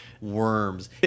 worms